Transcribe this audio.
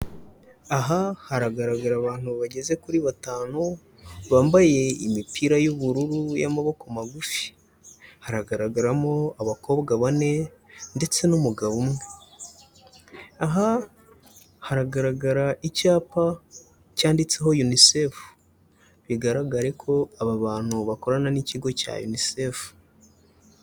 Aha haragaragara abantu bageze kuri batanu bambaye imipira y'ubururu y'amaboko magufi, haragaragaramo abakobwa bane ndetse n'umugabo umwe. Aha haragaragara icyapa cyanditseho unicef, bigaragare ko aba bantu bakorana n'ikigo cya unicef.